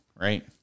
right